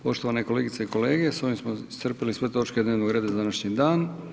Poštovane kolegice i kolege, s ovim s iscrpili sve točke dnevnog reda za današnji dan.